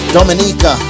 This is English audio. Dominica